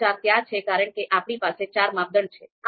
આ ચાર ત્યાં છે કારણ કે આપણી પાસે ચાર માપદંડ છે